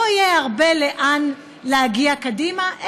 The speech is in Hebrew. לא יהיה הרבה לאן להגיע קדימה,